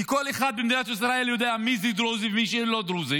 כי כל אחד במדינת ישראל יודע מי דרוזי ומי לא דרוזי.